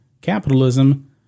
capitalism